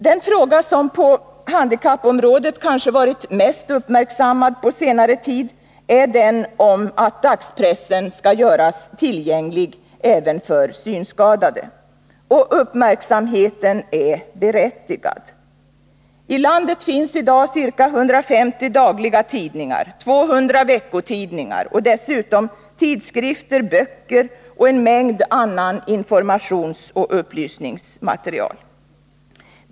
Den fråga som på handikappområdet kanske har varit mest uppmärksammad under senare tid är den att dagspressen skall göras tillgänglig även för synskadade. Och uppmärksamheten är berättigad. I landet finns i dag ca 150 dagliga tidningar, 200 veckotidningar och dessutom tidskrifter, böcker och en mängd annat informationsoch upplysningsmaterial.